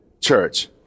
church